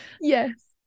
yes